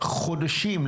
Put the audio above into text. חודשים,